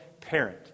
parent